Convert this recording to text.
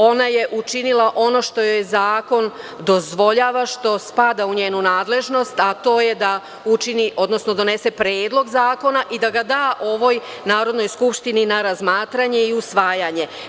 Ona je učinila ono što joj zakon dozvoljava, što spada u njenu nadležnost, a to je da donese predlog zakona i da ga da ovoj Narodnoj skupštini na razmatranje i usvajanje.